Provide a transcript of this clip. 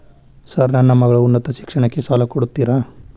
Sir ನನ್ನ ಮಗಳ ಉನ್ನತ ಶಿಕ್ಷಣಕ್ಕೆ ಸಾಲ ಕೊಡುತ್ತೇರಾ?